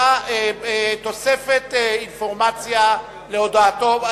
תוספת אינפורמציה להודעתו.